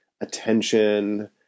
attention